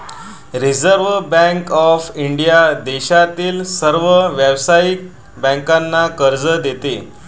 reserve bank of India देशातील सर्व व्यावसायिक बँकांना कर्ज देते